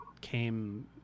came